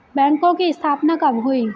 बैंकों की स्थापना कब हुई?